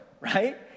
Right